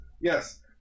Yes